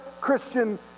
Christian